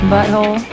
Butthole